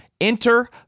Enter